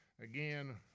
again